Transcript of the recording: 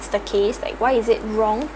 the case like why is it wrong